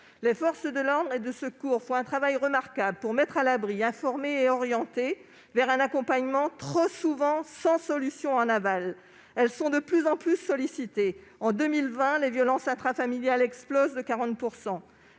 Les forces de l'ordre et de secours accomplissent un travail remarquable pour mettre à l'abri, informer et orienter vers un accompagnement. Trop souvent pourtant, il n'y a pas de solution en aval. Ces équipes sont de plus en plus sollicitées. En 2020, les violences intrafamiliales explosent de 40 %.